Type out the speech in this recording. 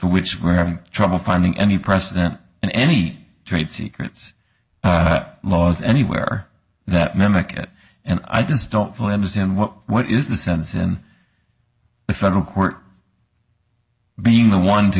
which we're having trouble finding any precedent in any trade secrets laws anywhere that mimic it and i just don't fully understand what what is the sense in the federal court being the one to